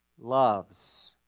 loves